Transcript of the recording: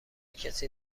کسی